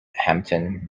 hampton